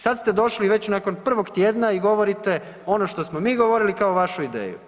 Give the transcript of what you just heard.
Sad ste došli već nakon prvog tjedna i govorite ono što smo mi govorili kao vašu ideju.